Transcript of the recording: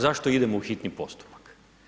Zašto idemo u hitni postupak?